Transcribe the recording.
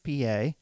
PA